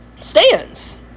stands